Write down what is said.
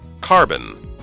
Carbon